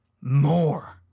more